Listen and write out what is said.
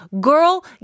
Girl